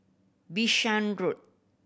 Bishan Road